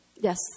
yes